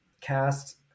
cast